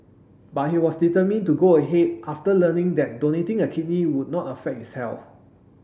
but he was determined to go ahead after learning that donating a kidney would not affect his health